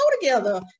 together